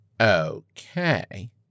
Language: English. okay